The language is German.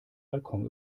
balkon